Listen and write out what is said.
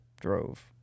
drove